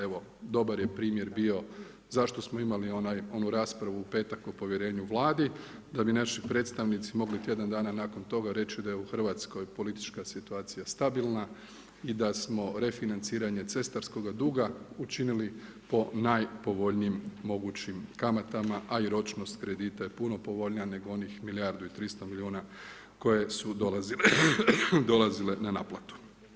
Evo dobar je primjer bio zašto smo imali onu raspravu u petak o povjerenju Vladi, da bi naši predstavnici mogli tjedan dana nakon toga reći da je u Hrvatskoj politička situacija stabilna i da smo refinanciranje cestarskoga duga učinili po najpovoljnijim mogućim kamatama a i ročnost kredita je puno povoljnija, nego onih milijardu i 300 milijuna koje su dolazile na naplatu.